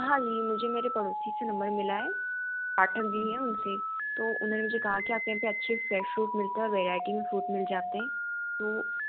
हाँ जी मुझे मेरे पड़ोसी से नंबर मिला है पाठक जी हैं उनसे तो उन्होंने मुझे कहा कि आपके यहाँ से अच्छे फ्रेश फ्रूट मिलते हैं और वैरायटी में फ्रूट मिल जाते हैं